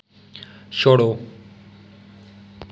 छोड़ो